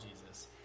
Jesus